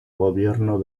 gobierno